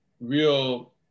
real